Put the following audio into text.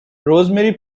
rosemary